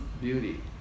beauty